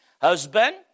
Husband